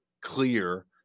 clear